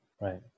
Right